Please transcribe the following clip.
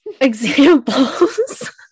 examples